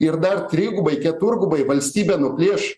ir dar trigubai keturgubai valstybė nuplėš